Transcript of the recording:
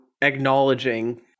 acknowledging